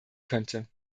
könnte